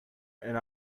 and